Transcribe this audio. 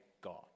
God